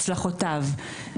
הצלחותיו,